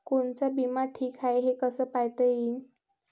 कोनचा बिमा ठीक हाय, हे कस पायता येईन?